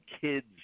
kids